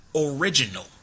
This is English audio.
original